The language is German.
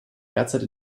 derzeit